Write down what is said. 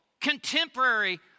contemporary